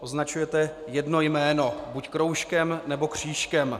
Označujete jedno jméno buď kroužkem, nebo křížkem.